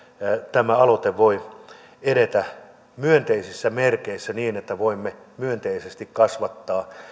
tämä aloite voi edetä myönteisissä merkeissä niin että voimme myönteisesti kasvattaa